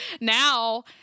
now